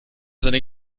seiner